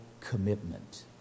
commitment